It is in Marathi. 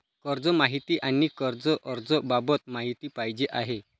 कर्ज माहिती आणि कर्ज अर्ज बाबत माहिती पाहिजे आहे